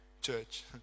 church